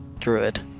druid